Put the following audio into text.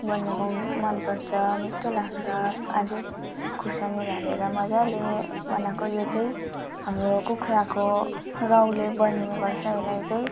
बनेको मन पर्छ मिठो लाग्छ अझै खोर्सानीहरू हालेर मजाले बनाएको यो चाहिँ हाम्रो कुखुराको रौँले बनिने गर्छ यसलाई चाहिँ